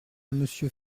monsieur